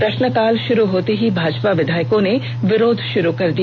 प्रश्नकाल शुरू होते ही भाजपा विधायकों ने विरोध शुरू कर दिया